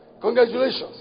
congratulations